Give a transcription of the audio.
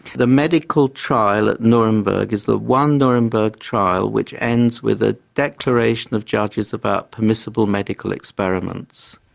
the medical trial at nuremberg is the one nuremberg trial which ends with a declaration of judges about permissible medical experiments.